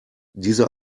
diese